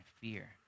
fear